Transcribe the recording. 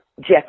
Jack